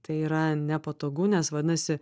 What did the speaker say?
tai yra nepatogu nes vadinasi